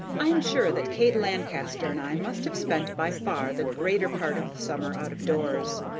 i am sure that kate lancaster and i must have spent by far the greater part of the summer out of doors.